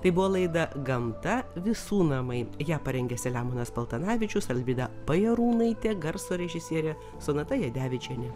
tai buvo laida gamta visų namai ją parengė selemonas paltanavičius alvyda bajarūnaitė garso režisierė sonata jadevičienė